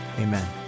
amen